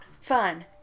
fun